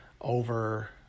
over